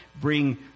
bring